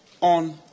on